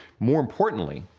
more importantly,